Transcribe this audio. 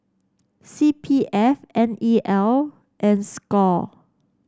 C P F N E L and Score